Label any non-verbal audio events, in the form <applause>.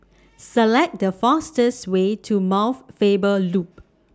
<noise> Select The fastest Way to Mount Faber Loop